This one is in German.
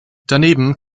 daneben